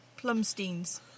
Plumsteens